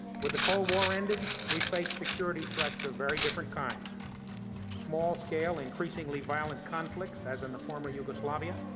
with the cold war ended, we face security threats of very different kinds small-scale, increasingly violent conflicts, as in the former yugoslavia,